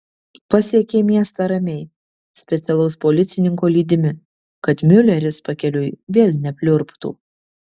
pasiekė miestą ramiai specialaus policininko lydimi kad miuleris pakeliui vėl nepliurptų